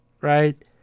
right